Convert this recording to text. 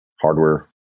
hardware